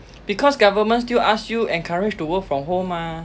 because government still ask you encouraged to work from home mah